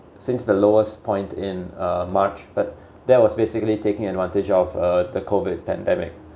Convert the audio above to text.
since the lowest point in uh march but that was basically taking advantage of uh the COVID pandemic